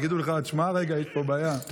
ויגידו לך: תשמע רגע, יש פה בעיה.